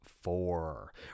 four